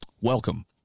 welcome